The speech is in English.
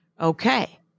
Okay